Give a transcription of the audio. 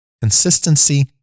Consistency